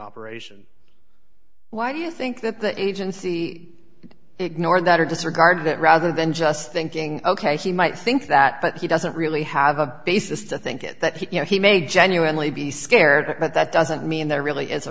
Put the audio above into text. operation why do you think that the agency ignored that or disregarded it rather than just thinking ok he might think that but he doesn't really have a basis to think it that he you know he may genuinely be scared but that doesn't mean there really is a